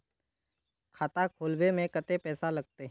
खाता खोलबे में कते पैसा लगते?